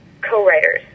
co-writers